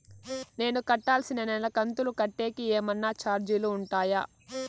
నేను కట్టాల్సిన నెల కంతులు కట్టేకి ఏమన్నా చార్జీలు ఉంటాయా?